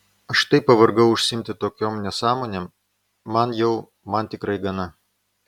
aš taip pavargau užsiimti tokiom nesąmonėm man jau man tikrai gana